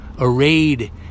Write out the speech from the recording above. arrayed